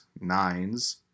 nines